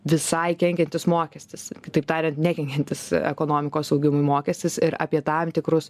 visai kenkiantis mokestis kitaip tariant nekenkiantis ekonomikos augimui mokestis ir apie tam tikrus